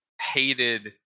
hated